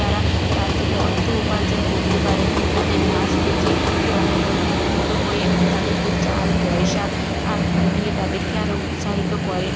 তারা তার থেকে অর্থ উপার্জন করতে পারে তাদের নাচ দেখে এ অনেকে উপকৃত হয়ে তাদেরকে চাল পয়সা দিয়ে তাদেরকে আরও উৎসাহিত করে